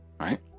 right